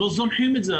אנחנו לא זונחים את זה,